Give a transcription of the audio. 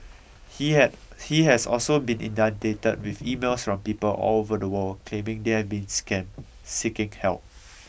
he had has also been inundated with emails from people all over the world claiming they have been scammed seeking help